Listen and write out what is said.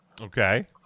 Okay